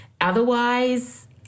Otherwise